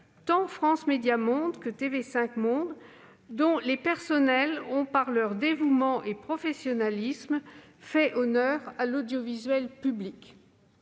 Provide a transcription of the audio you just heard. tant France Médias Monde que TV5 Monde, dont les personnels ont, par leur dévouement et leur professionnalisme, fait honneur à l'audiovisuel public.